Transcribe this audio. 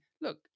look